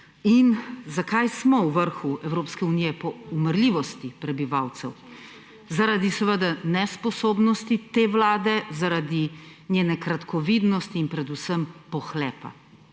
In zakaj smo v vrhu Evropske unije po umrljivosti prebivalcev? Zaradi seveda nesposobnosti te vlade, zaradi njene kratkovidnosti in predvsem pohlepa.